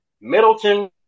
Middleton